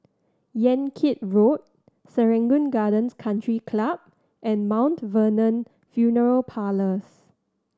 Yan Kit Road Serangoon Gardens Country Club and Mount Vernon Funeral Parlours